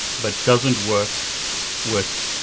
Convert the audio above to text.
but doesn't work with